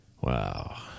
Wow